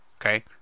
Okay